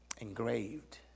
engraved